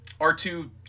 R2